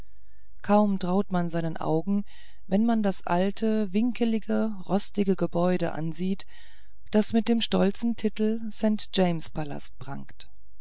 kaum traut man seinen augen wenn man das alte winkelige rostige gebäude ansieht das mit dem stolzen titel st james palast prangt